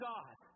God